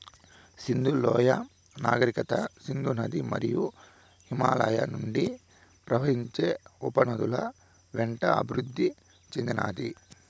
సింధు లోయ నాగరికత సింధు నది మరియు హిమాలయాల నుండి ప్రవహించే ఉపనదుల వెంట అభివృద్ది చెందినాది